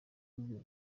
bihugu